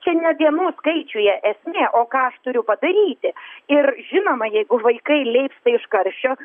čia ne dienų skaičiuje esmė o ką aš turiu padaryti ir žinoma jeigu vaikai leipsta iš karščio